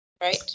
Right